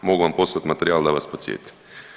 Mogu vam poslati materijal da vas podsjeti.